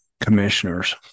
commissioners